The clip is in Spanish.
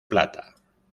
plata